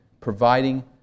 providing